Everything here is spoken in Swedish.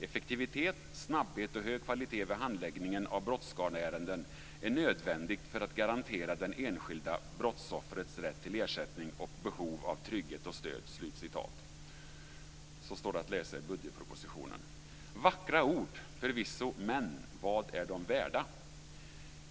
Effektivitet, snabbhet och hög kvalitet vid handläggningen av brottsskadeärenden är nödvändigt för att garantera det enskilda brottsoffrets rätt till ersättning och behov av trygghet och stöd." Så står det att läsa i budgetpropositionen. Vackra ord - förvisso. Men vad är de värda?